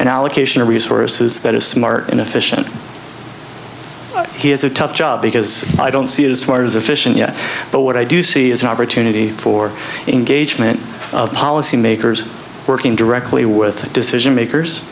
an allocation of resources that is smart in official he has a tough job because i don't see it as far as efficient yet but what i do see is an opportunity for engagement policymakers working directly with decision makers